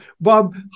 Bob